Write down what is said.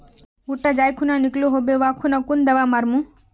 भुट्टा जाई खुना निकलो होबे वा खुना कुन दावा मार्मु?